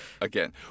Again